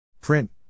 Print